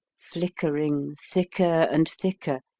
flickering thicker and thicker,